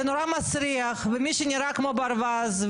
זה נורא מסריח ומי שנראה כמו ברווז,